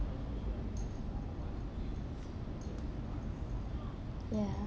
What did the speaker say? ya